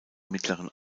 mittleren